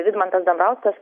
vidmantas dambrauskas